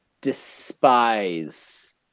despise